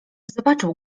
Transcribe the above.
zobaczył